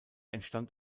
entstand